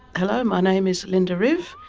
hello, my name is linda rive,